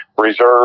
reserve